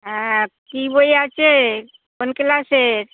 হ্যাঁ কী বই আছে কোন ক্লাসের